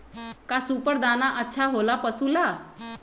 का सुपर दाना अच्छा हो ला पशु ला?